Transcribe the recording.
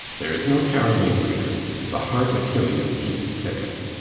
there is no tarrying here the hart achilles keeps thicket.